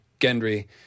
Gendry